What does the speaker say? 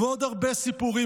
ועוד הרבה סיפורים.